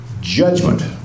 Judgment